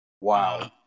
Wow